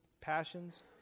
passions